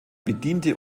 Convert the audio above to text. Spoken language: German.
bediente